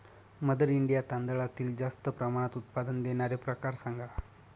mother India तांदळातील जास्त प्रमाणात उत्पादन देणारे प्रकार सांगा